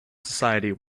society